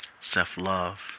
self-love